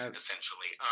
essentially